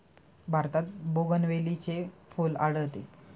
भारतात बोगनवेलीचे फूल आढळते